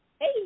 Hey